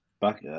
back